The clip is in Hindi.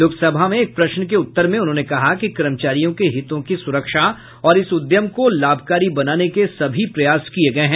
लोकसभा में एक प्रश्न के उत्तर में उन्होंने कहा कि कर्मचारियों के हितों की सुरक्षा और इस उद्यम को लाभकारी बनाने के सभी प्रयास किये गए हैं